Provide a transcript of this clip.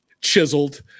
Chiseled